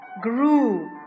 grew